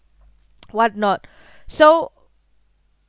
what not so